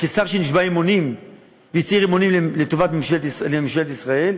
כשר שנשבע אמונים והצהיר אמונים לטובת ממשלת ישראל,